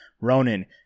Ronan